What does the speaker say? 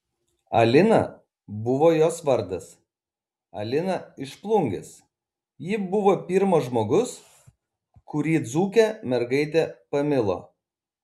alina buvo jos vardas alina iš plungės ji buvo pirmas žmogus kurį dzūkė mergaitė pamilo